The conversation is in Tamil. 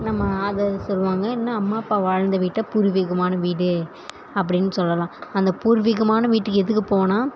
நம்ம அதை சொல்லுவாங்க இன்னும் அம்மா அப்பா வாழ்ந்த வீட்டை பூர்வீகமான வீடு அப்படின்னு சொல்லலாம் அந்த பூர்வீகமான வீட்டுக்கு எதுக்கு போவேனா